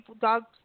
dogs